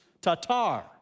Tatar